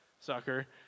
sucker